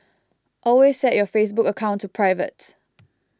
always set your Facebook account to private